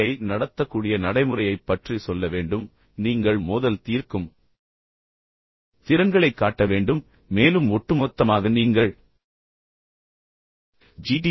யை நடத்தக்கூடிய நடைமுறையைப் பற்றி சொல்ல வேண்டும் நீங்கள் மோதல் தீர்க்கும் திறன்களைக் காட்ட வேண்டும் மேலும் ஒட்டுமொத்தமாக நீங்கள் ஜி